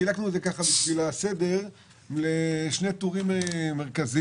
חילקנו את זה לשני טורים מרכזיים.